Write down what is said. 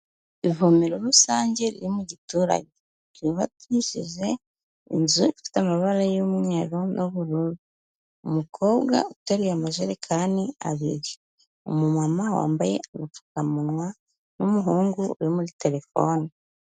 Ivomero rusange riri mu giturage, ryubakishije inzu ifite amabara y'umweru n'ubururu, umukobwa uteruye amajerekani abiri, umumama wambaye agapfukamunwa n'umuhungu uri muri telefoni.